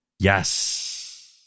Yes